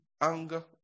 Anger